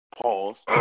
Pause